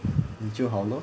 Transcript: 你就好 lor